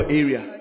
area